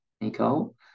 Nicole